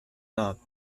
doubt